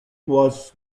was